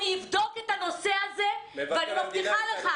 אני אבדוק את הנושא הזה ואני מבטיחה לך,